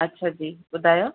अच्छा जी ॿुधायो